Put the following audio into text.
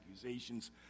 accusations